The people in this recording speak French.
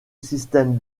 système